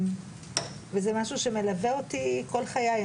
וזה משהו שמלווה אותי כל חיי.